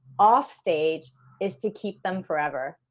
off stage is to keep them forever.